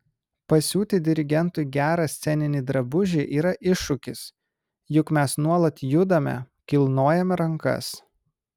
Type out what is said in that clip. pasiūti dirigentui gerą sceninį drabužį yra iššūkis juk mes nuolat judame kilnojame rankas